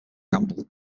gamble